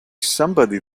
somebody